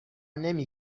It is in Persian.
نمی